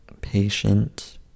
patient